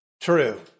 true